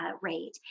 rate